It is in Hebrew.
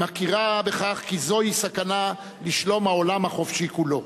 המכירה בכך כי זוהי סכנה לשלום העולם החופשי כולו.